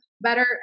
better